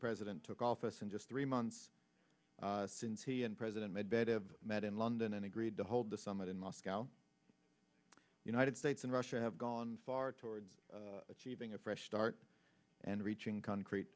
president took office in just three months since he and president medvedev met in london and agreed to hold the summit in moscow united states and russia have gone far toward achieving a fresh start and reaching concrete